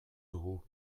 dugu